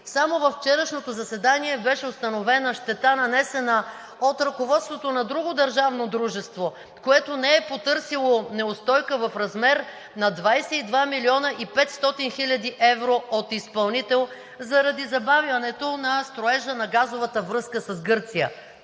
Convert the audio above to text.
Само във вчерашното заседание беше установена щета, нанесена от ръководството на друго държавно дружество, което не е потърсило неустойка в размер на 22 млн. 500 хил. евро от изпълнител заради забавянето на строежа на газовата връзка с Гърция.